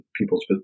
people's